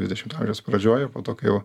dvidešimto amžiaus pradžioj o po to kai jau